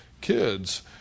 kids